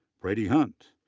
brady hunt,